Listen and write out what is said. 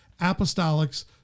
apostolics